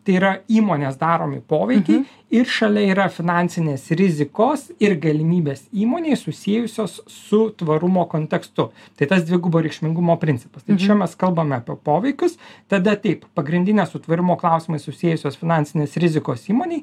tai yra įmonės daromi poveikiai ir šalia yra finansinės rizikos ir galimybės įmonei susijusios su tvarumo kontekstu tai tas dvigubo reikšmingumo principas tai čia mes kalbame apie poveikius tada taip pagrindinės su tvarumo klausimais susiejusios finansinės rizikos įmonėj